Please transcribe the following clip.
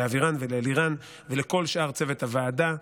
לאבירן ולאלירן ולכל שאר צוות הוועדה,